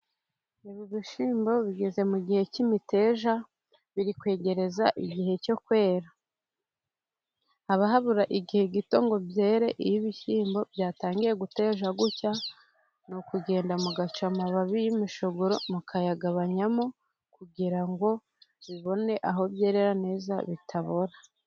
Ibi bishyimbo bigeze mu gihe cy'imiteja, biri kwegereza igihe cyo kwera. Haba habura igihe gito ngo byere, iyo ibishyimbo byatangiye guteja gutya, ni ukugenda mugaca amababi y'imishogoro mukayagabanyamo kugira ngo bibone aho byerera neza bitabora.